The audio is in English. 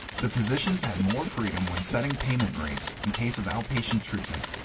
the physicians had more freedom when setting payment rates in case of outpatient treatment.